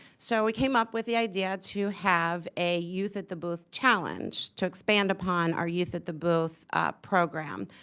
so, we came up with the idea to have a youth at the booth challenge, to expand upon our youth at the booth program.